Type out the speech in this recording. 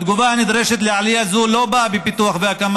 התגובה הנדרשת לעלייה זו לא באה בפיתוח והקמה